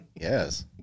Yes